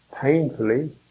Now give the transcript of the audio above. painfully